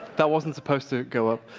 that wasn't supposed to go up.